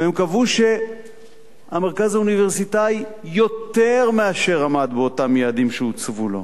הם קבעו שהמרכז האוניברסיטאי יותר מאשר עמד באותם יעדים שהוצבו לו,